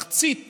מחצית